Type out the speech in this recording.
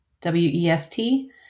W-E-S-T